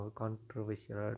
controversial